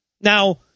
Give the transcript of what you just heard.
now